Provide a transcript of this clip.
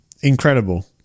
Incredible